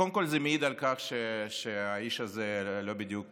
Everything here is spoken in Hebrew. קודם כול, זה מעיד על כך שהאיש הזה לא בדיוק